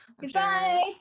goodbye